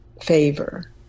favor